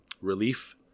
relief